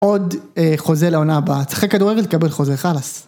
עוד חוזה לעונה הבאה, תשחק כדורגל תקבל חוזה חלאס.